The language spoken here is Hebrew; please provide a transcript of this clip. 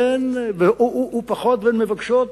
והן מבקשות,